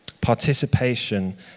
Participation